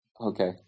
Okay